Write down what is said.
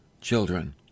children